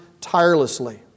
tirelessly